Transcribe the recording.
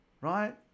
Right